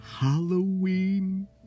Halloween